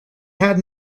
had